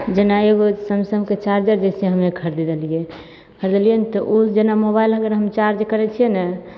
जेना एगो सैमसंगके चार्जर जैसे हमे खरीदलियै खरीदलियै ने तऽ ओ जेना मोबाइल अगर हम चार्जर करय छियै ने